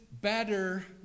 better